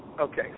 Okay